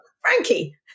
Frankie